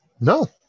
no